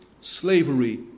Slavery